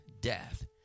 death